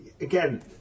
again